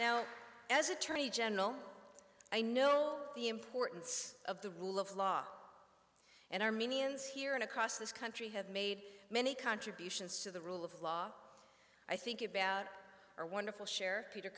now as attorney general i know the importance of the rule of law and armenians here and across this country have made many contributions to the rule of law i think about our wonderful share peter